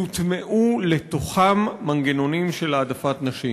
יוטמעו לתוכם מנגנונים של העדפת נשים.